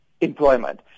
employment